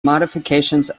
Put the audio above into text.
modifications